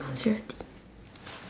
maserati